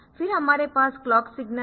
फिर हमारे पास क्लॉक सिग्नल है